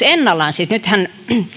ennallaan nythän